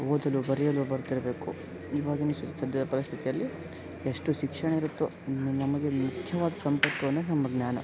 ಓದಲು ಬರೆಯಲು ಬರ್ತಿರಬೇಕು ಇವಾಗಿನ ಸದ್ಯದ ಪರಿಸ್ಥಿತಿಯಲ್ಲಿ ಎಷ್ಟು ಶಿಕ್ಷಣ ಇರುತ್ತೋ ನಮಗೆ ಮುಖ್ಯವಾದ ಸಂಪತ್ತು ಅಂದರೆ ನಮ್ಮ ಜ್ಞಾನ